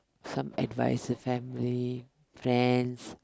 some advice to family friends